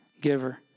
giver